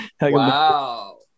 wow